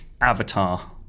Avatar